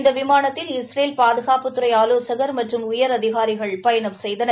இந்த விமானத்தில் இஸ்ரேல் பாதுகாப்புத்துறை ஆலோசகர் மற்றும் உயரதிகாரிகள் பயணம் செய்தனர்